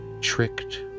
tricked